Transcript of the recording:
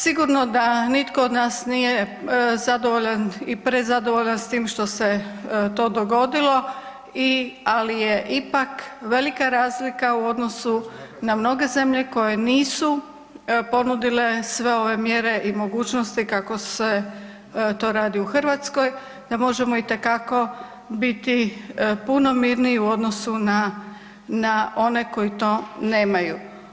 Sigurno da nitko od nas nije zadovoljan i prezadovoljan s tim što se to dogodilo, ali je ipak velika razlika u odnosu na mnoge zemlje koje nisu ponudile sve ove mjere i mogućnosti kako se to radi u Hrvatskoj, da možemo itekako biti puno mirniji u odnosu na one koji to nemaju.